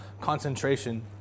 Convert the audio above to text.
concentration